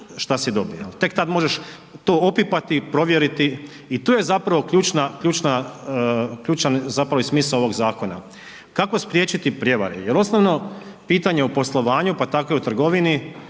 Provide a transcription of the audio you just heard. što si dobio, tek tad možeš to opipati, provjeriti i tu je zapravo ključan zapravo i smisao ovog zakona. Kako spriječiti prevare je osnovno pitanje u poslovanju, pa tako i u trgovini,